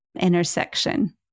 intersection